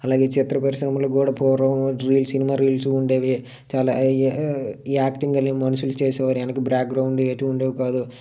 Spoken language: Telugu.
అలాగే చిత్ర పరిశ్రమలో కూడా పూర్వం రీల్స్ సినిమా రీల్స్ ఉండేవి చాలా యాక్టింగ్ అలా మనుషులు చేసేవారు వెనుక బ్యాక్గ్రౌండ్ ఏమీ ఉండేవి కాదు